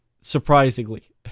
surprisingly